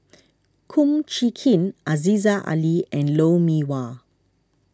Kum Chee Kin Aziza Ali and Lou Mee Wah